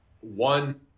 one